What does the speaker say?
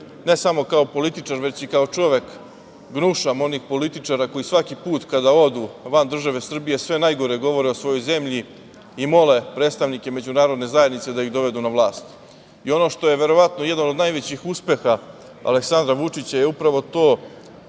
ne samo kao političar već i kao čovek gnušam onih političara koji svaki put kada odu van države Srbije sve najgore govore o svojoj zemlji i mole predstavnike međunarodne zajednice da ih dovedu na vlast i ono što je verovatno jedan od najvećih uspeha Aleksandra Vučića je upravo to